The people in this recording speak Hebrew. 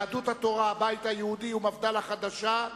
יהדות התורה, הבית היהודי, המפד"ל החדשה,